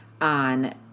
on